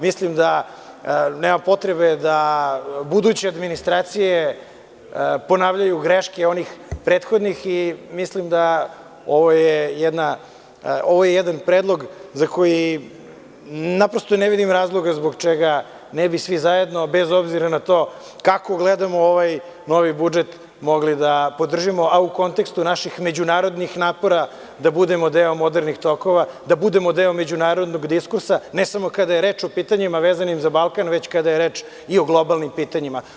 Mislim da nema potreba da buduće administracije ponavljaju greške onih prethodnih i mislim da je ovo jedan predlog za koji naprosto ne vidim razlog zbog čega ne bi svi zajedno, bez obzira na to kako gledamo ovaj novi budžet, mogli da ga podržimo, a u kontekstu naših međunarodnih napora da budemo deo modernih tokova, da budemo deo međunarodnog diskusa, ne samo kada je reč o pitanjima vezanim za Balkan, već kada je reč i o globalnim pitanjima.